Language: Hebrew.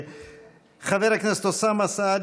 חבר הכנסת אוסאמה סעדי,